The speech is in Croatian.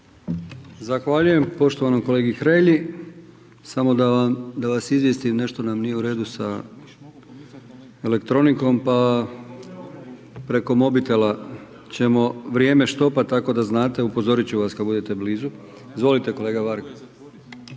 Zahvaljujem poštovanom kolegi Hrelji. Samo da vas izvijestim, nešto nam nije u redu sa elektronikom pa preko mobitela ćemo vrijeme štopati, tako da znate, upozoriti ću vas kada budete blizu. Izvolite kolega Varga.